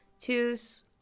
choose